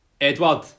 Edward